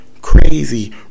Crazy